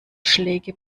schläge